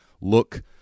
look